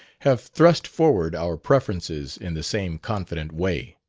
have thrust forward our preferences in the same confident way.